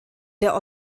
der